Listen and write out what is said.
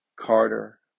Carter